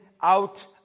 out